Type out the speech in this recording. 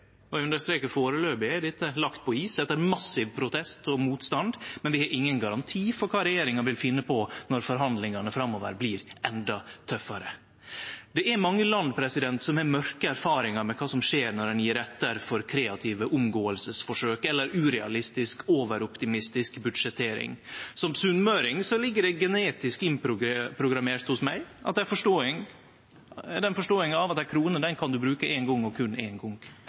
er dette lagt på is etter massiv protest og motstand, men vi har ingen garanti for kva regjeringa vil finne på når forhandlingane framover blir enda tøffare. Det er mange land som har mørke erfaringar med kva som skjer når ein gjev etter for kreative omgåingsforsøk eller urealistisk, overoptimistisk budsjettering. Som sunnmøring ligg det genetisk innprogrammert hos meg ei forståing av at ei krone kan ein bruke ein gong og berre ein gong.